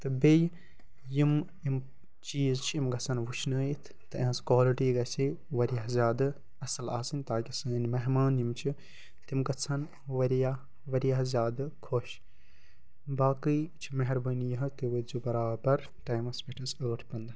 تہٕ بیٚیہِ یِم یِم چیٖز چھِ یِم گَژھَن وُشنٲیِتھ تہٕ یہٕنٛز کالٹی گژھِ واریاہ زیادٕ اَصٕل آسٕنۍ تاکہِ سٲنۍ مہمان یِم چھِ تِم گَژھَن واریاہ واریاہ زیادٕ خۄش باقٕے چھِ مہربٲنۍ یِہے تُہۍ وٲتزیٚو برابر ٹایِمَس پٮ۪ٹھ حظ ٲٹھ پَنٛداہ